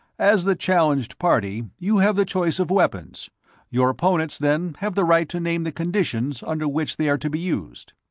as the challenged party, you have the choice of weapons your opponents, then, have the right to name the conditions under which they are to be used.